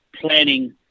planning